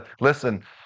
Listen